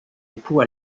époux